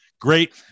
Great